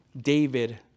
David